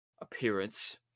appearance